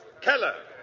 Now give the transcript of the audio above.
Keller